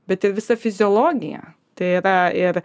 bet ir visa fiziologija tai yra ir